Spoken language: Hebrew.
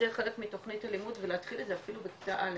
חלק מתוכנית הלימוד ולהתחיל את זה אפילו בכיתה א',